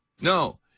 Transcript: No